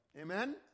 Amen